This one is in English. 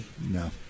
No